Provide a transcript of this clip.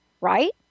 Right